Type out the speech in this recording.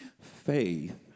Faith